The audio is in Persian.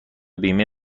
بیمه